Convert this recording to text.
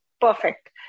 perfect